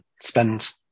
spend